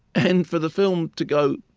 and for the film to go,